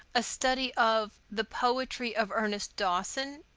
a study of the poetry of ernest dowson,